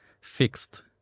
fixed